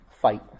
fight